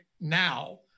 now